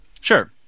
Sure